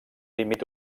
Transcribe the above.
límit